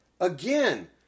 again